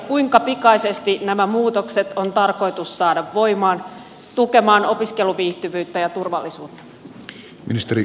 kuinka pikaisesti nämä muutokset on tarkoitus saada voimaan tukemaan opiskeluviihtyvyyttä ja turvallisuutta